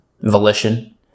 volition